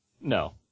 No